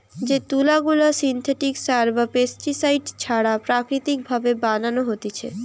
যে তুলা গুলা সিনথেটিক সার বা পেস্টিসাইড ছাড়া প্রাকৃতিক ভাবে বানানো হতিছে